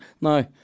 No